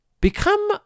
become